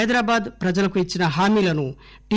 హైదరాబాద్ ప్రజలకు ఇచ్చిన హామీలను టి